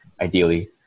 Ideally